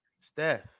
Steph